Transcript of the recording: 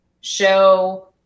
show